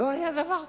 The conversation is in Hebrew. לא היה דבר כזה.